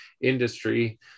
industry